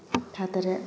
ꯊꯥ ꯇꯔꯦꯠ